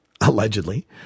allegedly